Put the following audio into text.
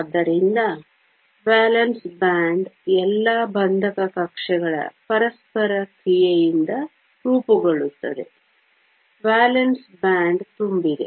ಆದ್ದರಿಂದ valence band ಎಲ್ಲಾ ಬಂಧಕ ಕಕ್ಷೆಗಳ ಪರಸ್ಪರ ಕ್ರಿಯೆಯಿಂದ ರೂಪುಗೊಳ್ಳುತ್ತದೆ ವೇಲೆನ್ಸ್ ಬ್ಯಾಂಡ್ ತುಂಬಿದೆ